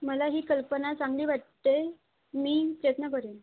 मला ही कल्पना चांगली वाटते मी प्रयत्न करीन